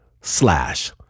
slash